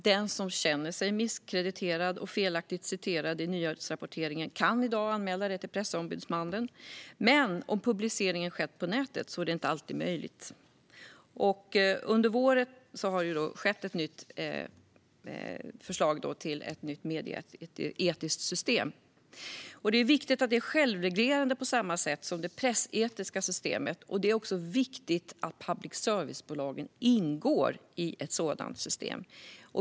Den som känner sig misskrediterad och felaktigt citerad i nyhetsrapportering kan i dag anmäla det till Pressombudsmannen. Men om publiceringen har skett på nätet är det inte alltid möjligt. Under våren har det kommit ett förslag för ett nytt medieetiskt system. Det är viktigt att det är självreglerande på samma sätt som det pressetiska systemet. Det är också viktigt att public service-bolagen ingår i ett sådant system.